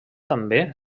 també